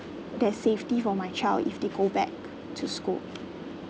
there's safety for my child if they go back to school